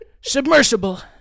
submersible